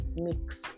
mix